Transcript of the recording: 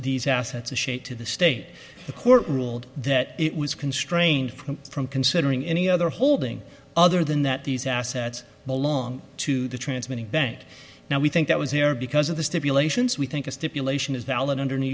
these assets a shape to the state the court ruled that it was constrained from considering any other holding other than that these assets belong to the transmitting bank now we think that was here because of the stipulations we think a stipulation is valid under new